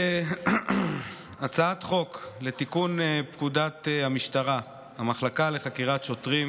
הצעת חוק לתיקון פקודת המשטרה (המחלקה לחקירת שוטרים),